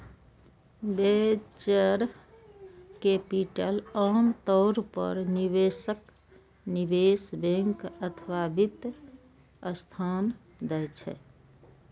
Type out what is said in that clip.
venture capital आम तौर पर निवेशक, निवेश बैंक अथवा वित्त संस्थान दै छै